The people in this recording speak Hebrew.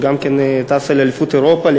שטסה לאליפות אירופה,